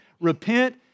Repent